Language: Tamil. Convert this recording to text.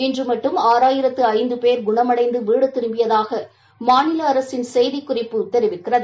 இன்று மட்டும் ஆறாயிரத்ரு ஜந்து போ் குணமடைந்து வீடு திரும்பியதாக மாநில அரசின் செய்திக்குறிப்பு தெரிவிக்கிறது